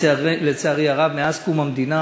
לצערי הרב, מאז קום המדינה